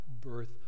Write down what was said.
birth